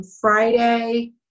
Friday